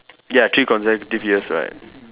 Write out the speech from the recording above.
ya three consecutive years right